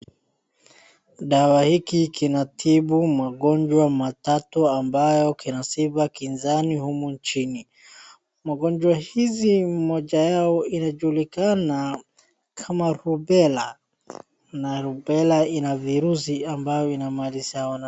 Dawa hii inatibu magonjwa matatu ambayo yanasifa kinzani humu nchini. Magonjwa haya moja yao inajulikana kama Rubela na Rubela ina virusi ambavyo vinamaliza wanadamu.